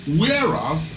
whereas